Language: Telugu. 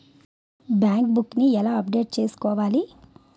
బ్యాంక్ బుక్ నీ ఎలా అప్డేట్ చేసుకోవాలి?